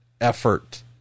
effort